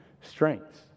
Strengths